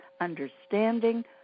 understanding